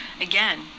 again